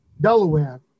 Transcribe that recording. Delaware